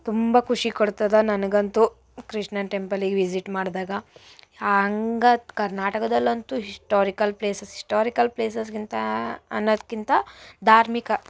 ತುಂಬ ಖುಷಿ ಕೊಡ್ತದ ನನಗಂತೂ ಕೃಷ್ಣನ ಟೆಂಪಲಿಗೆ ವಿಝಿಟ್ ಮಾಡಿದಾಗ ಹಂಗ ಕರ್ನಾಟಕದಲ್ಲಂತೂ ಹಿಸ್ಟೋರಿಕಲ್ ಪ್ಲೇಸಸ್ ಹಿಸ್ಟೋರಿಕಲ್ ಪ್ಲೇಸಸ್ಗಿಂತ ಅನ್ನೋದಿಕ್ಕಿಂತ ದಾರ್ಮಿಕ